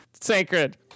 sacred